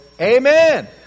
amen